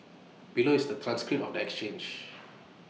below is the transcript of exchange